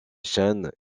chen